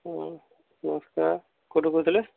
ନମସ୍କାର କେଉଁଠୁ କହୁଥିଲେ